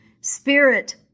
Spirit